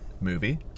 Movie